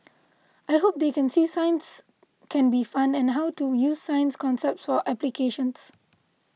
I hope they can see science can be fun and how to use science concepts for applications